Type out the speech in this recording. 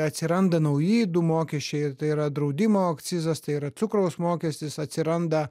atsiranda nauji du mokesčiai tai yra draudimo akcizas tai yra cukraus mokestis atsiranda